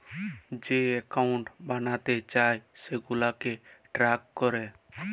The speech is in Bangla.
যে একাউল্ট বালাতে চায় সেগুলাকে ট্র্যাক ক্যরে